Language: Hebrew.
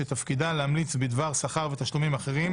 שתפקידה להמליץ בדבר שכר ותשלומים אחרים